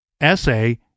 essay